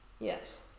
Yes